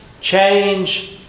change